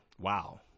Wow